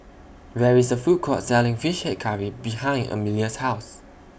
There IS A Food Court Selling Fish Head Curry behind Amelia's House